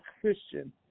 Christian